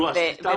נו, אז תתאמצו.